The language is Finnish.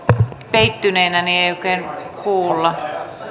peittyneenä niin ei oikein kuulla